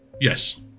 Yes